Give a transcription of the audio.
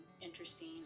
interesting